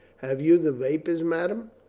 have you the vapors madame?